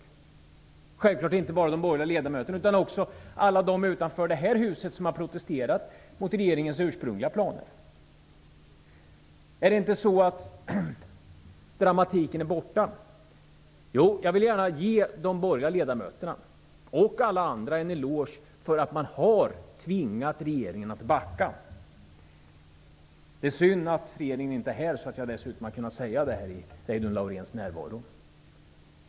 Det gäller självfallet inte bara de borgerliga utskottsledamöterna utan också alla dem som utanför det här huset har protesterat mot regeringens ursprungliga planer. Är inte dramatiken nu borta? Jag vill gärna ge de borgerliga ledamöterna och alla andra en eloge för att man tvingat regeringen att backa. Det är synd att regeringsföreträdaren inte är här, så att jag hade kunnat säga detta i Reidunn Lauréns närvaro.